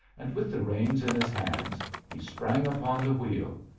and with the reins in his hands he sprang upon the wheel.